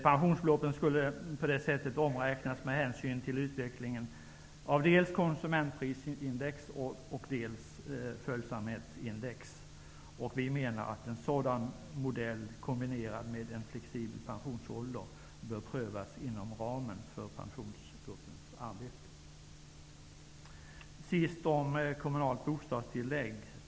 Pensionsbeloppen skulle således omräknas med hänsyn till utvecklingen av dels konsumentprisindex, dels följsamhetsindex. Vi menar att en sådan modell, kombinerad med en flexibel pensionsålder, bör prövas inom ramen för pensionsgruppens arbete. Sist om kommunalt bostadstillägg.